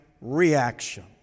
reaction